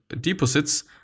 deposits